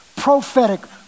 prophetic